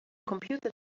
computer